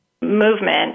movement